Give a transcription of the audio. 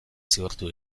zigortu